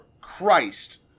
Christ